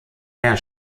mehr